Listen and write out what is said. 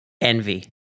envy